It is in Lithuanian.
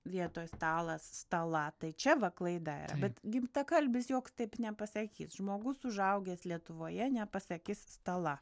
vietoj stalas stala tai čia va klaida yra bet gimtakalbis joks taip nepasakys žmogus užaugęs lietuvoje nepasakis stala